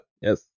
Yes